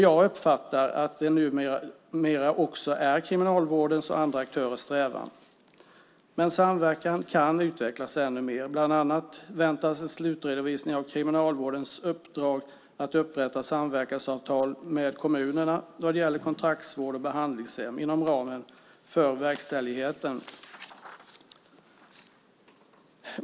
Jag uppfattar att det numera också är Kriminalvårdens och andra aktörers strävan. Men samverkan kan utvecklas ännu mer, bland annat väntas en slutredovisning av Kriminalvårdens uppdrag att upprätta samverkansavtal med kommunerna vad gäller kontraktsvård och behandlingshem inom ramen för verkställigheten.